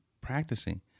practicing